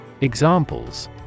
Examples